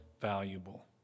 valuable